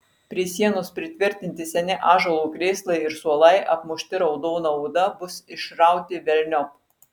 prie sienos pritvirtinti seni ąžuolo krėslai ir suolai apmušti raudona oda bus išrauti velniop